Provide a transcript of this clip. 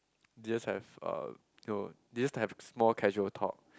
just have uh no they just have small casual talk